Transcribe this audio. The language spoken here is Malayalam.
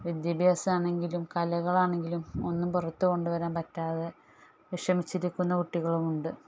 വിദ്യാഭ്യാസം ആണെങ്കിലും കലകളാണെങ്കിലും ഒന്നും പുറത്തുകൊണ്ടു വരാൻ പറ്റാതെ വിഷമിച്ചിരിക്കുന്ന കുട്ടികളും ഉണ്ട്